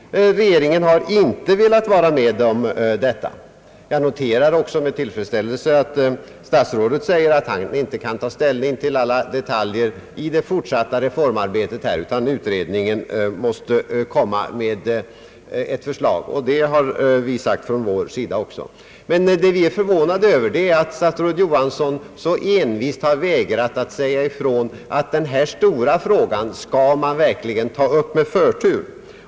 Regeringen har inte velat vara med om detta. Jag noterar också med tillfredsställelse, att statsrådet påstår, att han inte kan ta ställning till alla detaljer i det fortsatta reformarbetet, utan utredningen måste komma med ett förslag. Det har även vi sagt. Vad vi är förvånade över är emellertid att statsrådet Johansson så envist vägrar att förklara, att den stora frågan skall tas upp med förtur.